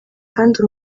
kandi